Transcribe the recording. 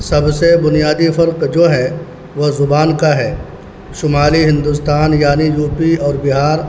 سب سے بنیادی فرق جو ہے وہ زبان کا ہے شمالی ہندوستان یعنی یو پی اور بہار